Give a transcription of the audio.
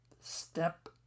step